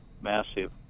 massive